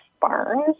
barns